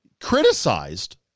Criticized